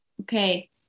okay